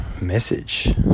message